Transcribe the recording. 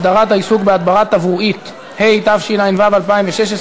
להתחדשות עירונית ובהצעת חוק שירותים פיננסיים חוץ-מוסדיים נתקבלה.